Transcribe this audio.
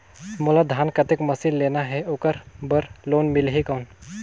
मोला धान कतेक मशीन लेना हे ओकर बार लोन मिलही कौन?